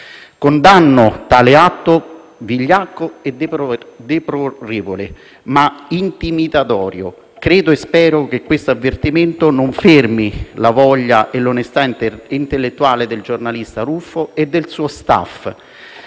Condanno tale atto vigliacco, deplorevole e intimidatorio. Credo e spero che questo avvertimento non fermi la voglia e l'onestà intellettuale del giornalista Ruffo e del suo staff